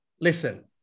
Listen